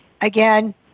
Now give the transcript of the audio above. Again